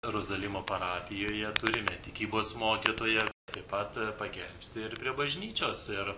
rozalimo parapijoje turime tikybos mokytoją taip pat pagelbsti ir prie bažnyčios ir